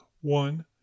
one-